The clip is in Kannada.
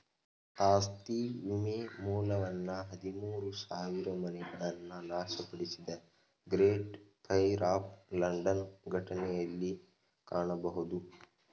ಆಸ್ತಿ ವಿಮೆ ಮೂಲವನ್ನ ಹದಿಮೂರು ಸಾವಿರಮನೆಗಳನ್ನ ನಾಶಪಡಿಸಿದ ಗ್ರೇಟ್ ಫೈರ್ ಆಫ್ ಲಂಡನ್ ಘಟನೆಯಲ್ಲಿ ಕಾಣಬಹುದು